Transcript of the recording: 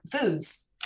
foods